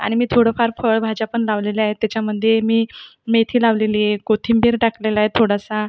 आणि मी थोडंफार फळभाज्या पण लावलेलं आहे त्याच्यामध्ये मी मेथी लावलेली आहे कोथिंबीर टाकलेला आहे थोडासा